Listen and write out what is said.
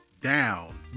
down